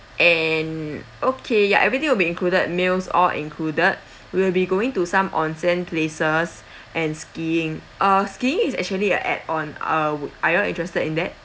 and okay ya everything will be included meals all included will be going to some onsen places and skiing uh skiing is actually a add-on uh are you interested in that